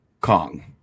Kong